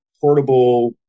portable